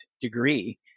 degree